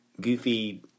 goofy